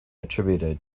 attributed